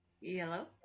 Yellow